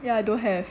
ya don't have